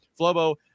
Flobo